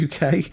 UK